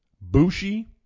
Bushi